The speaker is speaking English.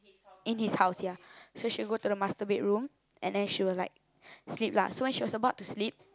in his house ya so she will go to the master bedroom and then she will like sleep lah so when she was about to sleep